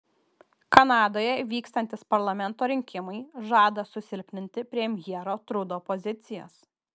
kanadoje vykstantys parlamento rinkimai žada susilpninti premjero trudo pozicijas